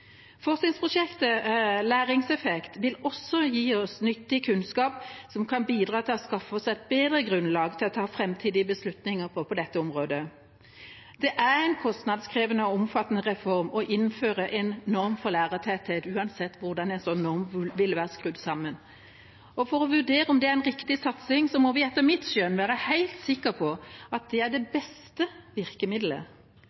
Forskningsprosjektet LÆREEFFEKT vil også gi oss nyttig kunnskap, som kan bidra til å skaffe oss et bedre grunnlag til å ta framtidige beslutninger på dette området. Det er en kostnadskrevende og omfattende reform å innføre en norm for lærertetthet, uansett hvordan en slik norm vil være skrudd sammen. For å vurdere om det er en riktig satsing, må vi etter mitt skjønn være helt sikre på at det er det